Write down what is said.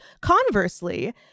conversely